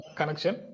connection